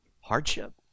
Hardship